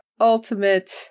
ultimate